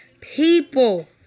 people